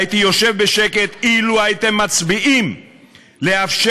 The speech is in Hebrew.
הייתי יושב בשקט לו הייתם מצביעים לאפשר